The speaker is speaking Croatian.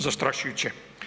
Zastrašujuće.